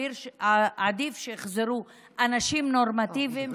עדיף שיחזרו אנשים נורמטיביים,